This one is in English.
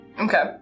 Okay